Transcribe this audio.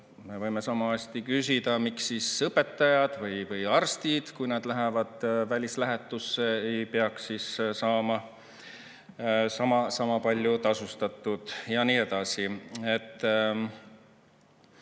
Me võime sama hästi küsida, miks siis õpetajad või arstid, kui nad lähevad välislähetusse, ei peaks saama sama palju tasustatud. Ja nii edasi.